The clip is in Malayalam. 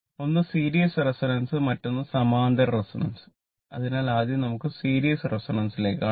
ഒന്ന് സീരീസ് റെസൊണൻസ് കാണാം